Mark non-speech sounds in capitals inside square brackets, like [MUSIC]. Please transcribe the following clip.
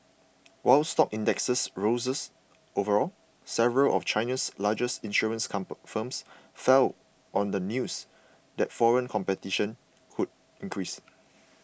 while stock indexes rose overall several of China's largest insurance [UNINTELLIGIBLE] firms fell on the news that foreign competition could increase